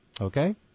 Okay